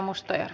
arvoisa puhemies